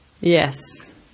Yes